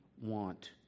want